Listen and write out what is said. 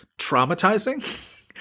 traumatizing